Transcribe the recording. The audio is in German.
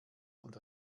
und